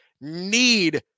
need